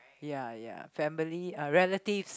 ya ya family uh relatives